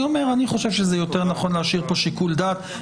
אני חושב שיותר נכון להשאיר כאן שיקול דעת.